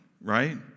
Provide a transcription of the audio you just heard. right